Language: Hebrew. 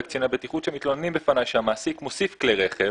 קציני בטיחות שמתלוננים בפניי שהמעסיק מוסיף כלי רכב.